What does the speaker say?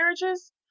marriages